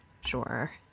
sure